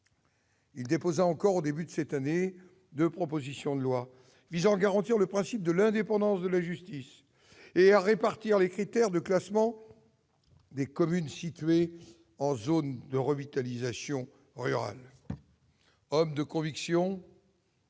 Il déposa encore au début de cette année deux propositions de loi, visant à garantir le principe de l'indépendance de la justice et à rétablir les critères de classement des communes situées en zone de revitalisation rurale. Homme de convictions,